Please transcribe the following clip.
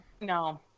no